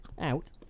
out